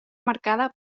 marcada